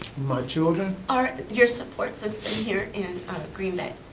my children? ah your support system here in green bay?